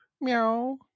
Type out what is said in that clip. meow